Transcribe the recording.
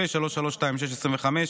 פ/3326/25,